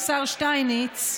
השר שטייניץ,